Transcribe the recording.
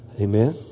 Amen